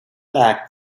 like